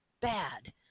bad